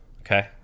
Okay